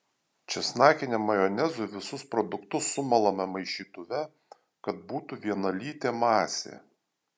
česnakiniam majonezui visus produktus sumalame maišytuve kad būtų vienalytė masė